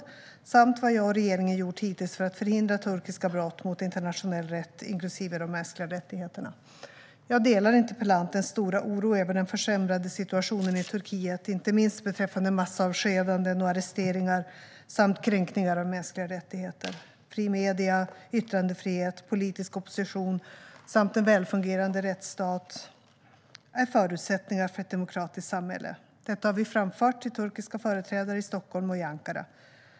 Han har också frågat vad jag och regeringen gjort hittills för att förhindra turkiska brott mot internationell rätt, inklusive de mänskliga rättigheterna. Jag delar interpellantens stora oro över den försämrade situationen i Turkiet, inte minst beträffande massavskedanden och arresteringar samt kränkningar av mänskliga rättigheter. Fria medier, yttrandefrihet, politisk opposition samt en välfungerande rättsstat är förutsättningar för ett demokratiskt samhälle. Detta har vi framfört till turkiska företrädare i Stockholm och i Ankara.